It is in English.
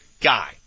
guy